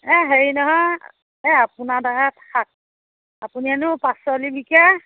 এ হেৰি নহয় এ আপোনাৰ দাদা শাক আপুনি হেনো পাচলি বিকে